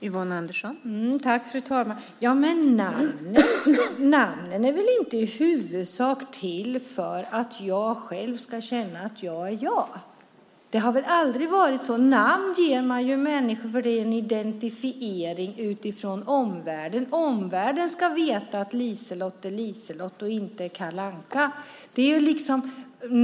Fru talman! Namnet är väl inte i huvudsak till för att jag själv ska känna att jag är jag. Så har det aldrig varit. Namn ger man människor därför att det är en identifiering utifrån omvärlden. Omvärlden ska veta att LiseLotte är LiseLotte och inte Kalle Anka.